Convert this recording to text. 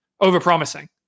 over-promising